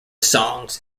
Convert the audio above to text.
songs